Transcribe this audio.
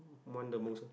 want the most